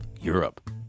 Europe